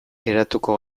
geratuko